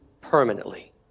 permanently